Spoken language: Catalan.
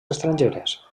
estrangeres